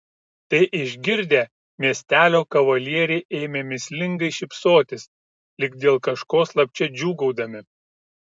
tai išgirdę miestelio kavalieriai ėmė mįslingai šypsotis lyg dėl kažko slapčia džiūgaudami